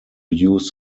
use